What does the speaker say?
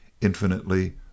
infinitely